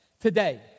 Today